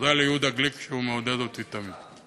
תודה ליהודה גליק, שמעודד אותי תמיד.